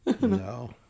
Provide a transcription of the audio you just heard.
No